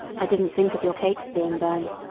i didn't think of your cakes being burnt.